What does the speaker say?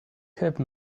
have